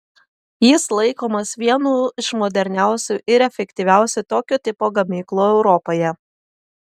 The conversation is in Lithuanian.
jis laikomas vienu iš moderniausių ir efektyviausių tokio tipo gamyklų europoje